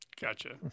Gotcha